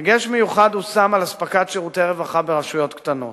דגש מיוחד הושם על אספקת שירותי רווחה ברשויות קטנות